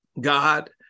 God